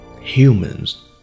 Humans